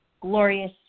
glorious